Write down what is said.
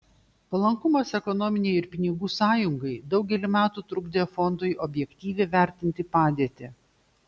palankumas ekonominei ir pinigų sąjungai daugelį metų trukdė fondui objektyviai vertinti padėtį